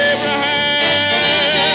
Abraham